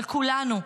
על כולנו,